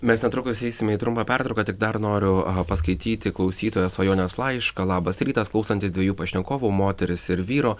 mes netrukus eisime į trumpą pertrauką tik dar noriu paskaityti klausytojos svajonės laišką labas rytas klausantis dviejų pašnekovų moters ir vyro